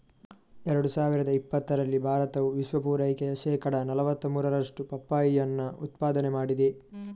ಎರಡು ಸಾವಿರದ ಇಪ್ಪತ್ತರಲ್ಲಿ ಭಾರತವು ವಿಶ್ವ ಪೂರೈಕೆಯ ಶೇಕಡಾ ನಲುವತ್ತ ಮೂರರಷ್ಟು ಪಪ್ಪಾಯಿಯನ್ನ ಉತ್ಪಾದನೆ ಮಾಡಿದೆ